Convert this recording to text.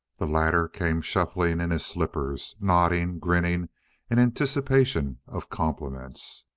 the latter came shuffling in his slippers, nodding, grinning in anticipation of compliments.